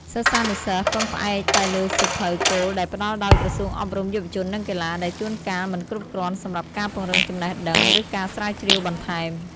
សិស្សានុសិស្សពឹងផ្អែកតែលើសៀវភៅគោលដែលផ្តល់ដោយក្រសួងអប់រំ យុវជន និងកីឡា ដែលជួនកាលមិនគ្រប់គ្រាន់សម្រាប់ការពង្រីកចំណេះដឹង ឬការស្រាវជ្រាវបន្ថែម។